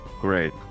great